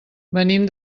venim